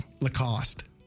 Lacoste